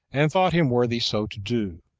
and thought him worthy so to do.